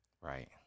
Right